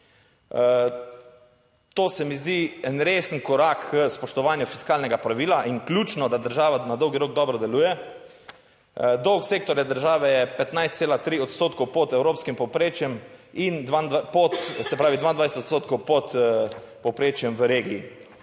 To se mi zdi en resen korak k spoštovanju fiskalnega pravila in ključno, da država na dolgi rok dobro deluje. Dolg sektorja države je 15,3 odstotkov pod evropskim povprečjem in dva… pod, se pravi 22 odstotkov pod povprečjem v regiji,